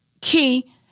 Key